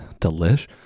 delish